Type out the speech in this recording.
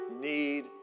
need